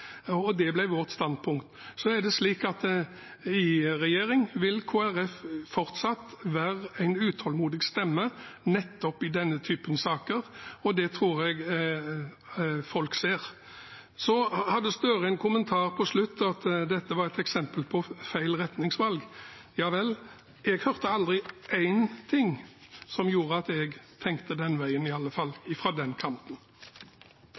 det er en lang liste å ramse opp – og det ble vårt standpunkt. I regjering vil Kristelig Folkeparti fortsatt være en utålmodig stemme, nettopp i denne typen saker. Det tror jeg folk ser. Så hadde Gahr Støre en kommentar til slutt om at dette var et eksempel på feil retningsvalg. Ja vel, jeg hørte aldri en ting som gjorde at jeg tenkte den veien, i alle